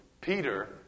Peter